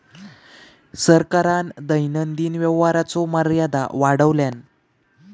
सरकारान दैनंदिन व्यवहाराचो मर्यादा वाढवल्यान